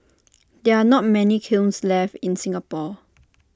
there are not many kilns left in Singapore